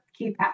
keypad